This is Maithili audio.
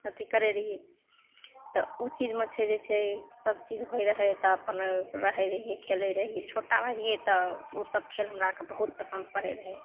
अथी करै रहिए तऽ ओ चीजमे छै जे छै सबचीज होइ रहै तऽ अपन रहै रहिए खेलै रहिए छोटा रहिए तऽ ओसब खेल हमरा आओरके बहुत पसन्द पड़ै रहै